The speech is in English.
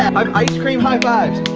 um ice-cream hive fives